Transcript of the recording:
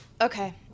okay